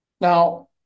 Now